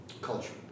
Culture